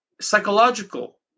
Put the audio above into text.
psychological